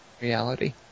reality